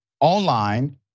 online